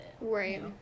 Right